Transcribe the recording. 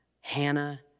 Hannah